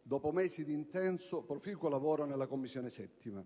dopo mesi d'intenso, proficuo lavoro nella Commissione 7a.